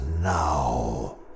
now